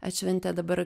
atšventė dabar